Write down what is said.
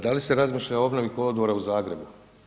Da li se razmišlja o obnovi kolodvora u Zagrebu?